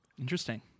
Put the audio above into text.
interesting